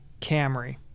Camry